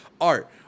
Art